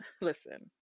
listen